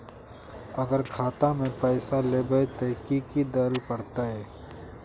अगर खाता में पैसा लेबे ते की की देल पड़ते?